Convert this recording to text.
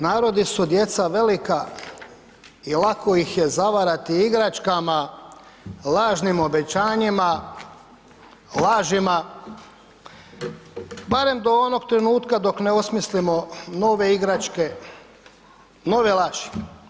Narodi su djeca velika i lako ih je zavarati igračkama, lažnim obećanjima, lažima barem do onog trenutka dok ne osmislimo nove igračke, nove laži.